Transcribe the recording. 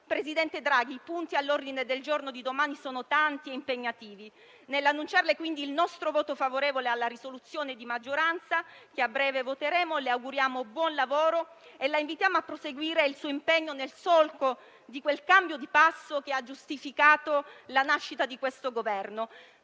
Presidente Draghi, i punti all'ordine del giorno del Consiglio europeo di domani sono tanti e impegnativi. Nell'annunciarle quindi il nostro voto favorevole alla proposta di risoluzione di maggioranza che a breve voteremo, le auguriamo buon lavoro e la invitiamo a proseguire il suo impegno nel solco di quel cambio di passo che ha giustificato la nascita di questo Governo.